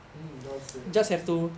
mm well said well said